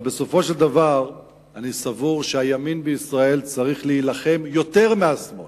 אבל בסופו של דבר אני סבור שהימין בישראל צריך להילחם יותר מהשמאל